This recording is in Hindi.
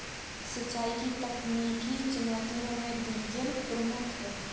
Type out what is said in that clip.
सिंचाई की तकनीकी चुनौतियों में डीजल प्रमुख है